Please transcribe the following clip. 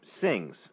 sings